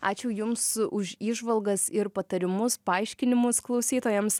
ačiū jums už įžvalgas ir patarimus paaiškinimus klausytojams